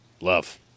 love